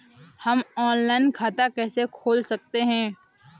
हम ऑनलाइन खाता कैसे खोल सकते हैं?